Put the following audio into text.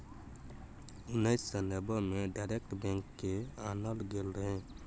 उन्नैस सय नब्बे मे डायरेक्ट बैंक केँ आनल गेल रहय